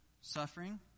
suffering